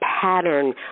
pattern